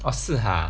orh 是 ha